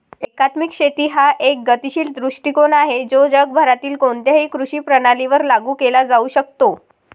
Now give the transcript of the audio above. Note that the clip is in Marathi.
एकात्मिक शेती हा एक गतिशील दृष्टीकोन आहे जो जगभरातील कोणत्याही कृषी प्रणालीवर लागू केला जाऊ शकतो